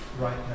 right